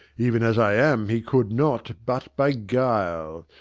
even as i am, he could not, but by guile.